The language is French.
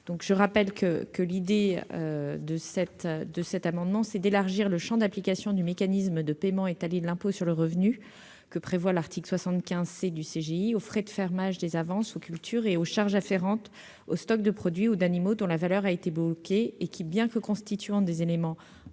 supprimé. Le présent amendement vise à élargir le champ d'application du mécanisme de paiement étalé de l'impôt sur le revenu de l'article 75-0 C du CGI aux frais de fermage des avances aux cultures et aux charges afférentes aux stocks de produits ou d'animaux dont la valeur a été bloquée, qui, bien qu'ils constituent des éléments incorporables